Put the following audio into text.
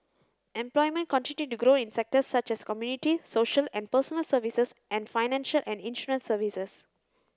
employment continued to grow in sectors such as community social and personal services and financial and insurance services